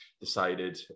decided